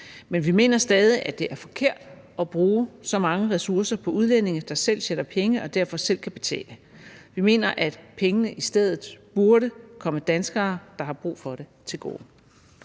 Men vi mener stadig, at det er forkert at bruge så mange ressourcer på udlændinge, der selv tjener penge og derfor selv kan betale. Vi mener, at pengene i stedet burde komme danskere, der har brug for dem, til gode.